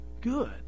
good